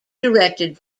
directed